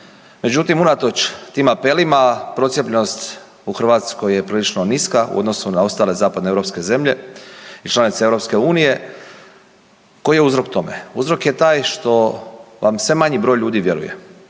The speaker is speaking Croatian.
Međutim unatoč tim apelima, procijepljenost u Hrvatskoj je prilično niska u odnosu na ostale zapadnoeuropske zemlje i članice EU-a. Koji je uzrok tome? Uzrok je taj što vam sve manji broj ljudi vjeruje.